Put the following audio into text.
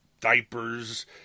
diapers